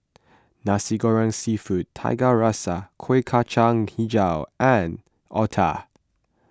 Nasi Goreng Seafood Tiga Rasa Kueh Kacang HiJau and Otah